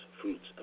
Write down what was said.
fruits